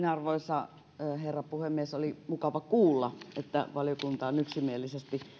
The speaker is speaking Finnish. arvoisa herra puhemies oli mukava kuulla että valiokunta on yksimielisesti